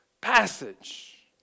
passage